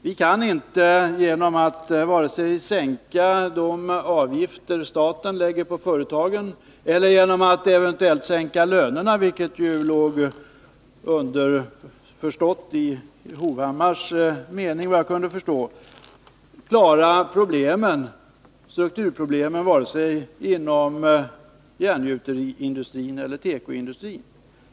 Vi kan inte vare sig genom att sänka de avgifter staten lägger på företagen eller genom att eventuellt sänka lönerna — vilket, efter vad jag kunde uppfatta, var underförstått i det Erik Hovhammar sade -— lösa strukturproblemen inom gjuteriindustrin, och inte heller inom tekoindustrin.